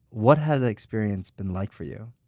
what has that experience been like for you?